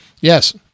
Yes